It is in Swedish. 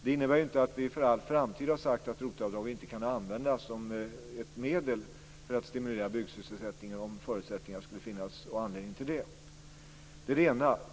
Det innebär inte att vi för all framtid har sagt att ROT-avdragen inte kan användas som ett medel för att stimulera byggsysselsättningen om det skulle finnas förutsättningar och anledning till det. Det är det ena.